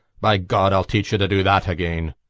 by god, i'll teach you to do that again!